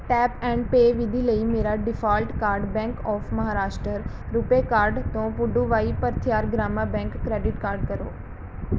tap and pay ਵਿਧੀ ਲਈ ਮੇਰਾ default card bank of Maharashtra RuPay card ਤੋਂ Puduvai Bharathiar Grama bank credit card ਕਰੋ